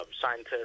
scientists